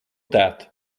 that